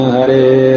Hare